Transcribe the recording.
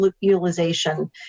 utilization